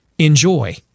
Enjoy